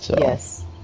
Yes